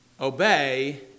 Obey